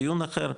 דיון אחר,